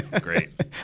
Great